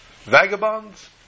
Vagabonds